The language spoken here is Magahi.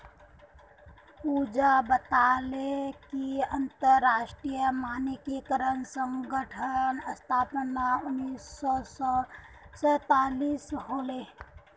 पूजा बताले कि अंतरराष्ट्रीय मानकीकरण संगठनेर स्थापना उन्नीस सौ सैतालीसत होले